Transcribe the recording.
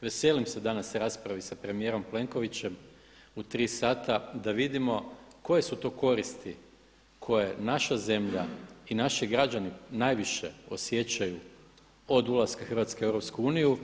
Veselim se danas raspravi sa premijerom Plenkovićem u tri sata da vidimo koje su to koristi koje naša zemlja i naši građani najviše osjećaju od ulaska Hrvatske u EU.